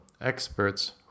experts